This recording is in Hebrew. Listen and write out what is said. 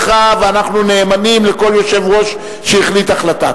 ואנחנו נאמנים לכל יושב-ראש שהחליט החלטה.